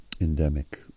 endemic